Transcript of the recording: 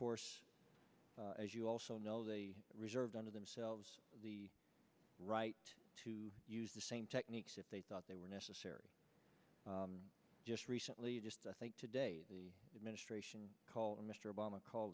course as you also know the reserve under themselves the right to use the same techniques that they thought they we're necessary just recently just i think today the administration called mr obama call